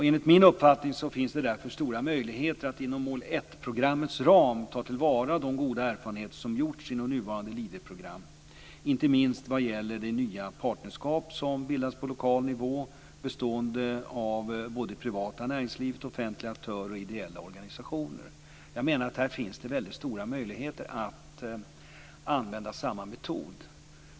Enligt min uppfattning finns det därför stora möjligheter att inom mål 1-programmets ram ta till vara de goda erfarenheter som gjorts inom nuvarande Leaderprogram, inte minst vad gäller de nya partnerskap som bildats på lokal nivå, bestående av såväl det privata näringslivet som offentliga aktörer och ideella organisationer. Jag menar att det här finns mycket stora möjligheter att använda samma metod.